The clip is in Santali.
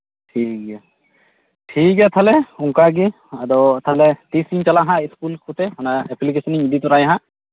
ᱴᱷᱤᱠ ᱜᱮᱭᱟ ᱴᱷᱤᱠ ᱜᱮᱭᱟ ᱛᱟᱦᱞᱮ ᱚᱱᱠᱟ ᱜᱮ ᱟᱫᱚ ᱛᱟᱦᱞᱮ ᱛᱤᱥ ᱤᱧ ᱪᱟᱞᱟᱜᱼᱟ ᱤᱥᱠᱩᱞ ᱠᱚᱛᱮ ᱚᱱᱟ ᱮᱯᱞᱤᱠᱮᱥᱚᱱ ᱤᱧ ᱤᱫᱤ ᱛᱚᱨᱟᱭᱟ ᱱᱟᱦᱟᱜ